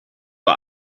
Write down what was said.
uhr